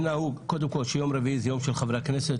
שהיה נהוג שיום רביעי זה יום של חברי הכנסת,